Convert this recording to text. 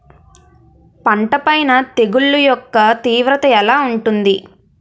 పంట పైన తెగుళ్లు యెక్క తీవ్రత ఎలా ఉంటుంది